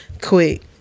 quick